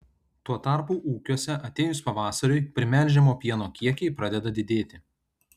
tuo tarpu ūkiuose atėjus pavasariui primelžiamo pieno kiekiai pradeda didėti